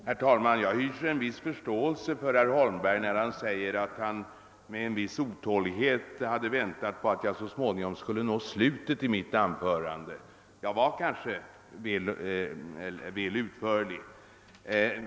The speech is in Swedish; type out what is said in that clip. Herr talman! Jag hyser en viss förståelse för herr Holmberg när han säger att han med otålighet väntade på att jag så småningom skulle nå fram till slutet av mitt anförande. Jag var kanske väl utförlig.